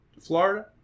Florida